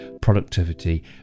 productivity